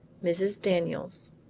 mrs. daniels